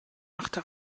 machte